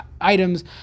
items